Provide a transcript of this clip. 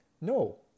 No